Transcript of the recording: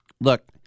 Look